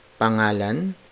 pangalan